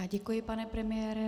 Děkuji, pane premiére.